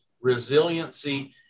resiliency